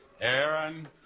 Aaron